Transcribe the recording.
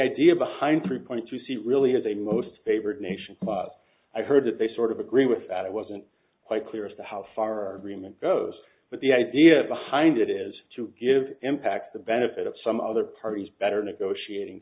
idea behind three point two c really is a most favored nation i heard that they sort of agree with that it wasn't quite clear as to how far removed goes but the idea behind it is to give impact the benefit of some other parties better negotiating